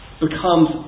becomes